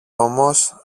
όμως